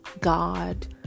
God